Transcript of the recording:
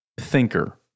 thinker